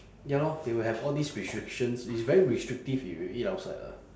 ya lor they will have all these restrictions it's very restrictive if you eat outside lah